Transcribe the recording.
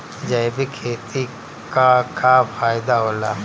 जैविक खेती क का फायदा होला?